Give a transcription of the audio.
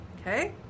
okay